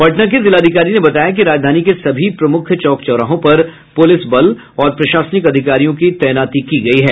पटना के जिलाधिकारी ने बताया कि राजधानी के सभी प्रमुख चौक चौराहों पर पुलिस बल और प्रशासनिक अधिकारियों की तैनाती की गयी है